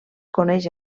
coneix